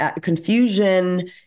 confusion